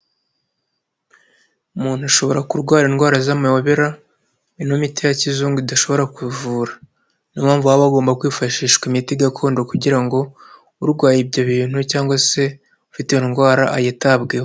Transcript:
Umuntu ashobora kurwara indwara z'amayobera, ino miti ya kizungu idashobora kuvura, niyo mpamvu baba bagomba kwifashishwa imiti gakondo kugira ngo urwaye ibyo bintu cyangwa se ufite iyo ndwara yitabweho.